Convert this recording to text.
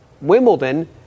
wimbledon